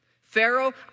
Pharaoh